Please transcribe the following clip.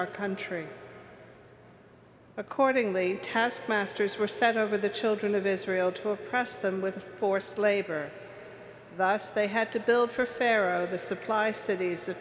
our country accordingly taskmasters were sent over the children of israel to oppress them with forced labor thus they had to build for pharaoh the supply cities